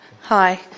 Hi